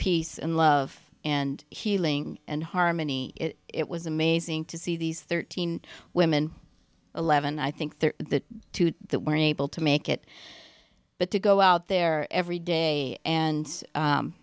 peace and love and healing and harmony it was amazing to see these thirteen women eleven i think they're the two that were able to make it but to go out there every day and